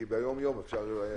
כי ביומיום אפשר אולי פחות.